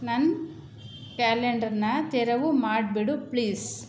ನನ್ನ ಕ್ಯಾಲೆಂಡರ್ನ ತೆರವು ಮಾಡಿಬಿಡು ಪ್ಲೀಸ್